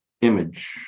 image